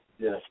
Yes